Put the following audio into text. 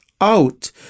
out